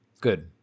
good